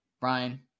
Brian